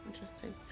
Interesting